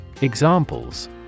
Examples